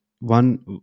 one